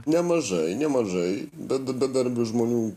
nemažai nemažai bed bedarbių žmonių